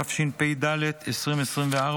16), התשפ"ד 2024,